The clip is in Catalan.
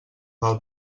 del